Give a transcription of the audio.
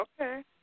Okay